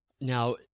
now